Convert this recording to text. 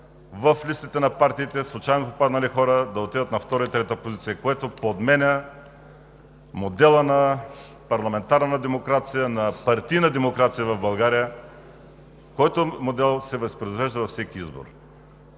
в листите на партиите случайно попаднали хора да отидат на втора и трета позиция, което подменя модела на парламентарна демокрация, на партийна демокрация в България, който модел се възпроизвежда във всеки избор.